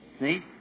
See